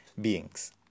beings